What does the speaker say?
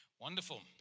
wonderful